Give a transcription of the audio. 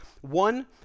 one